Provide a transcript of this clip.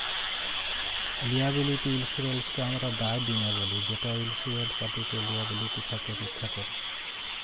liability ইলসুরেলসকে আমরা দায় বীমা ব্যলি যেট ইলসিওরড পাটিকে লিয়াবিলিটি থ্যাকে রখ্যা ক্যরে